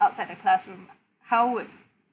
outside the classroom how would